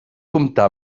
comptar